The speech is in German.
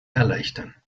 erleichtern